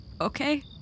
Okay